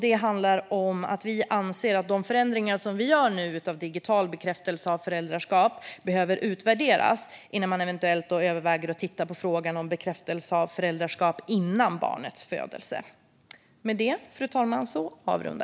Den handlar om att vi anser att de förändringar som vi nu gör av digital bekräftelse av föräldraskap behöver utvärderas innan man eventuellt överväger att titta på frågan om bekräftelse av föräldraskap före barnets födelse.